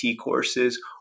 courses